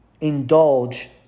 indulge